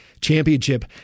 championship